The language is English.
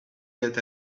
get